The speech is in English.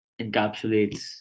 encapsulates